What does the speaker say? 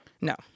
No